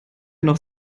noch